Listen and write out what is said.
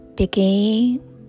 Begin